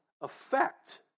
affect